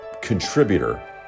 contributor